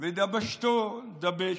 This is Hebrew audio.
ודבשתו, דבשת.